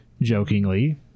jokingly